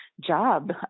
job